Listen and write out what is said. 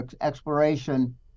exploration